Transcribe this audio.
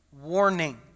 warning